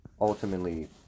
ultimately